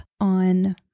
on